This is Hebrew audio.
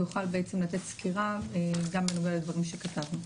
הוא יוכל בעצם לתת סקירה גם בנוגע לדברים שכתבתנו.